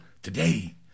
Today